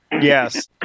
yes